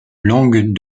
langue